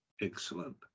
Excellent